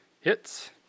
hits